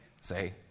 say